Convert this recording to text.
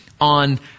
on